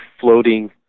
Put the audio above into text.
floating